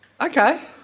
Okay